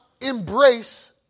embrace